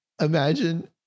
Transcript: imagine